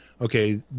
okay